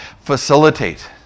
facilitate